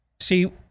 See